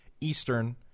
Eastern